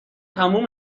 تموم